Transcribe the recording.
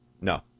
No